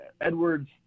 Edwards